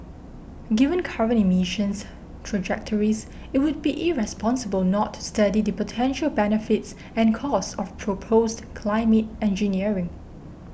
given current emissions trajectories it would be irresponsible not to study the potential benefits and costs of proposed climate engineering